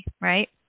right